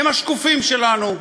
הם השקופים שלנו.